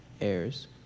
heirs